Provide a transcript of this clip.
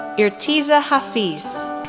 irtiza hafiz,